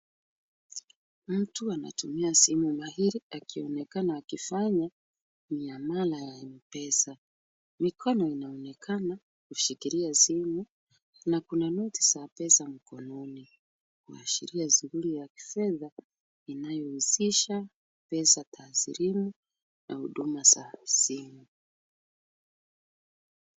Mtu anatumia simu mahiri akionekana akifanya miamala ya M-Pesa. Mikono inaonekana kushikilia simu na kuna noti za pesa mkononi kuashiria shughuli ya kifedha inayohusisha pesa taslimu na huduma za simu.